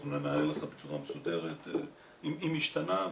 אנחנו נענה לך בצורה מסודרת אם השתנה,